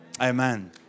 Amen